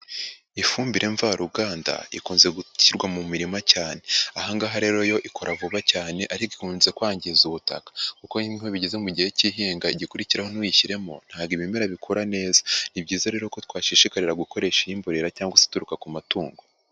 Ifumbire mvaruganda ikunze gushyirwa mu mirima cyane, aha ngaha rero yo ikora vuba cyane ariko ikunze kwangiza ubutaka kuko nk'iyo bigeze mu gihe k'ihinga igikurikiraho ntuyishyiremo ntabwo ibimera bikura neza, ni byiza rero ko twashishikarira gukoresha imborera cyangwa se ituruka ku matungo.